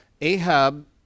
Ahab